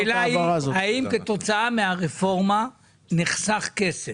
השאלה היא האם כתוצאה מהרפורמה נחסך כסף?